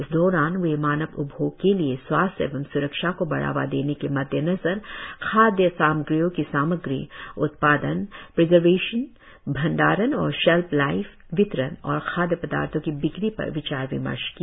इस दौरान वे मानव उपभोग के लिए स्वास्थ्य एवं स्रक्षा को बढ़ावा देने के मद्देनजर खाद्य सामग्रियों की सामग्री उत्पादन प्रिजारवेशन भंडारण और शेल्फ लाईफ वितरण और खादय पदार्थो की बिक्री पर विचार विमर्श किया